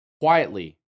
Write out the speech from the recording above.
quietly